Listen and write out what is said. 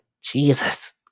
Jesus